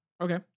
Okay